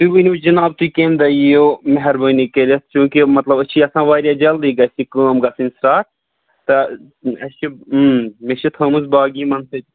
تُہۍ ؤنِو جِناب تُہۍ کَمہِ دۄہ یِیو مہربٲنی کٔرِتھ چوٗنٛکہِ مطلب أسۍ چھِ یَژھان واریاہ جلدی گژھِ یہِ کٲم گَژھٕنۍ سٹارٹ تہٕ اَسہِ چھِ مےٚ چھِ تھٲومٕژ بٲقٕے یِمن سٍتۍ